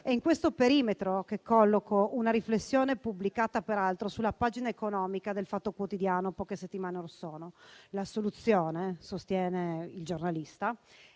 È in questo perimetro che colloco una riflessione pubblicata peraltro sulla pagina economica del «Fatto Quotidiano», poche settimane orsono. La soluzione, sostiene il giornalista,